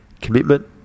commitment